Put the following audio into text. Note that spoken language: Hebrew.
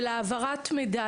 של העברת מידע.